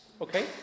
okay